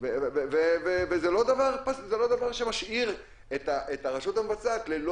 וזה לא דבר שמשאיר את הרשות המבצעת ללא